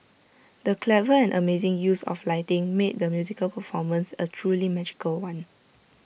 the clever and amazing use of lighting made the musical performance A truly magical one